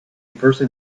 person